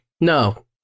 No